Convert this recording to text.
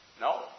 No